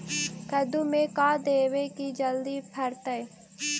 कददु मे का देबै की जल्दी फरतै?